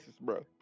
bro